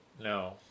No